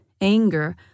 anger